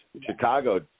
Chicago